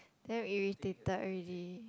damn irritated already